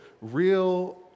real